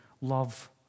love